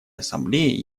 ассамблеи